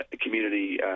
community